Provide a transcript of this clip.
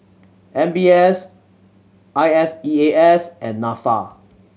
M B S I S E A S and Nafa